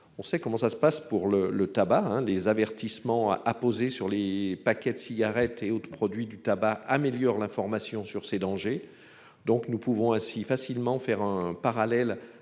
On sait comment ça se passe pour le le tabac hein des avertissements à apposer sur les paquets de cigarettes et autres produits du tabac améliore l'information sur ces dangers, donc nous pouvons ainsi facilement faire un parallèle